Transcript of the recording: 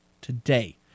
today